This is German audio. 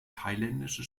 thailändische